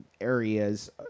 areas